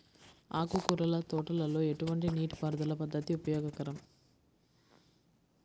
ఆకుకూరల తోటలలో ఎటువంటి నీటిపారుదల పద్దతి ఉపయోగకరం?